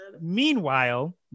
meanwhile